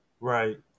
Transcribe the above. right